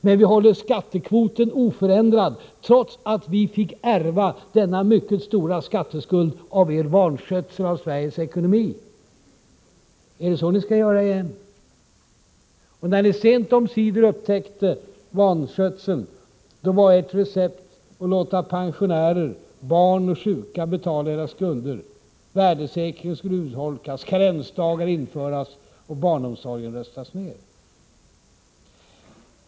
Men vi håller alltså skattekvoten oförändrad, trots att vi fick ärva denna mycket stora skatteskuld från er vanskötsel av Sveriges ekonomi. Är det så ni skall göra igen? När ni sent omsider upptäckte vanskötseln, var ert recept att låta pensionärer, barn och sjuka betala era skulder. Värdesäkringen skulle urholkas, karensdagar införas och barnomsorgen rustas ner.